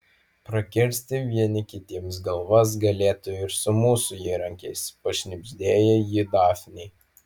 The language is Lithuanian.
prakirsti vieni kitiems galvas galėtų ir su mūsų įrankiais pašnibždėjo ji dafnei